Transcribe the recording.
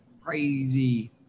crazy